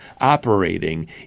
operating